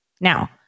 Now